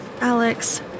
Alex